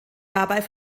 dabei